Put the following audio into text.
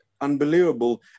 unbelievable